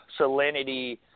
salinity